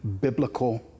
biblical